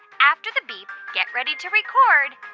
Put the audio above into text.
after the beep, get ready to record